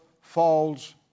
falls